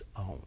own